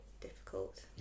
difficult